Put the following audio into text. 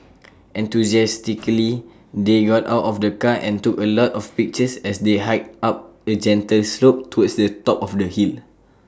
enthusiastically they got out of the car and took A lot of pictures as they hiked up A gentle slope towards the top of the hill